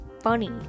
funny